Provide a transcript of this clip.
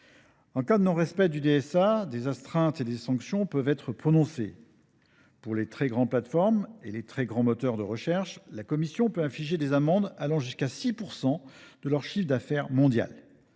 En cas de non respect du DSA, des astreintes et des sanctions peuvent être prononcées. Pour les très grandes plateformes et les très grands moteurs de recherche, la Commission européenne peut infliger des amendes allant jusqu’à 6 % de leur chiffre d’affaires mondial.